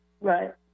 right